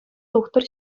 тухтӑр